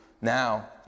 now